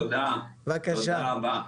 תודה רבה.